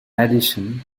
addition